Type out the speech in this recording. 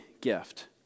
gift—